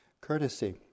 courtesy